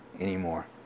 anymore